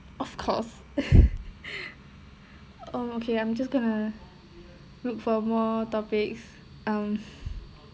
of course uh okay I'm just gonna look for more topics um